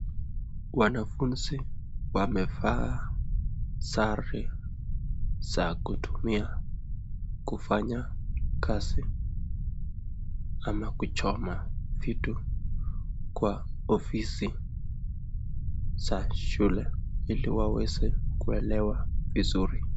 Wanafunzi wamevaa sare za kutumia kufanya kazi ama kuchoma vitu kwa ofisi za shule ili waweze kuelewa vizuri.